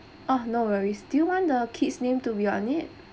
oh no worries do you want the kid's name to be on it